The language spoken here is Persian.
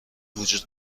وجود